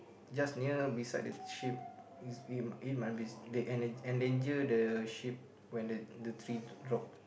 just near beside the ship it's it must be they endanger the ship when the the tree drop